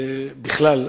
בכלל,